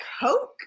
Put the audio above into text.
coke